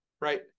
right